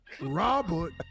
Robert